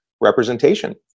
representation